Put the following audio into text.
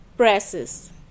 Presses